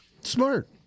Smart